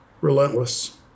Relentless